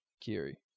Kiri